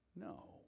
No